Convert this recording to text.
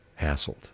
hassled